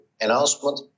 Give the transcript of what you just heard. announcement